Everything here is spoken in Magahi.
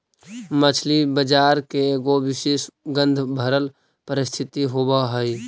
मछली बजार के एगो विशेष गंधभरल परिस्थिति होब हई